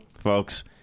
folks